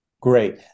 Great